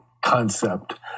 concept